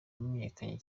yamenyekanye